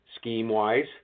scheme-wise